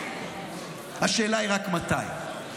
השאלה היא רק מתי.